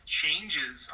changes